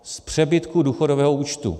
Z přebytku důchodového účtu.